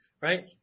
right